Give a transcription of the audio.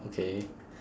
okay